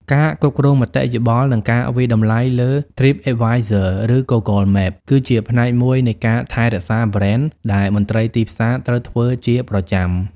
ការគ្រប់គ្រងមតិយោបល់ និងការវាយតម្លៃលើ TripAdvisor ឬ Google Maps គឺជាផ្នែកមួយនៃការថែរក្សាប្រេនដែលមន្ត្រីទីផ្សារត្រូវធ្វើជាប្រចាំ។